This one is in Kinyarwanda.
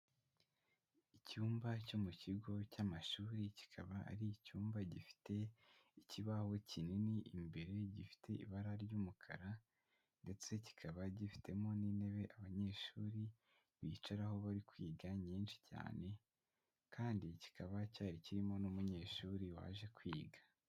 Icyumba cyo mu kigo cy'amashuri kikaba ari icyumba gifite ikibaho kinini, imbere gifite ibara ry'umukara ndetse kikaba gifitemo n'intebe abanyeshuri bicaraho bari kwiga nyinshi cyane kandi kikaba cyari kirimo n'umunyeshuri waje kwiga.